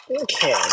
Okay